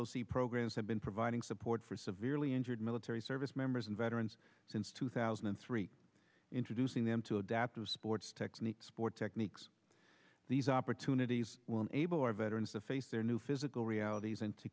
o c programs have been providing support for severely injured military service members and veterans since two thousand and three introducing them to adaptive sports techniques sport techniques these opportunities will enable our veterans to face their new physical realit